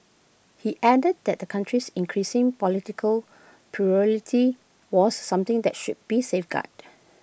he added that the country's increasing political plurality was something that should be safeguarded